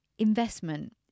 Investment